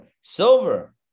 Silver